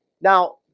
Now